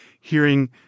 hearing